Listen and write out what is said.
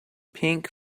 pink